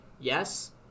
Yes